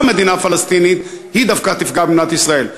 מדינה פלסטינית היא דווקא תפגע במדינת ישראל.